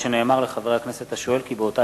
אף שנאמר לחבר הכנסת השואל כי באותה